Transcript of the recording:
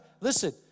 Listen